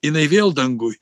jinai vėl danguj